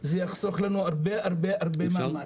זה יחסוך לנו הרבה מאוד מאמץ.